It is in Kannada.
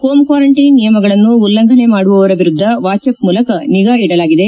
ಹೋಂ ಕ್ನಾರಂಟೈನ್ ನಿಯಮಗಳನ್ನು ಉಲ್ಲಂಘನೆ ಮಾಡುವವರ ವಿರುದ್ದ ವಾಚ್ ಆಪ್ ಮೂಲಕ ನಿಗಾ ಇಡಲಾಗಿದೆ